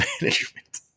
management